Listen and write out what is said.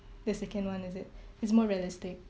the second one is it it's more realistic